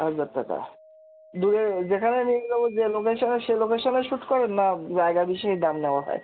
হাজার টাকা দূরে যেখানে নিয়ে যাবো যে লোকেশানে সে লোকেশানে শ্যুট করেন না জায়গা বিশেষে দাম নেওয়া হয়